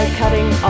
cutting